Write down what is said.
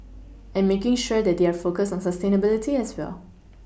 and making sure that they are focused on sustainability as well